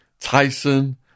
tyson